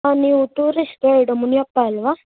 ನೀವು tourist guide Muniyappa ಅಲ್ವಾ